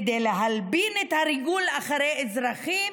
כדי להלבין את הריגול אחרי אזרחים,